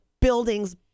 buildings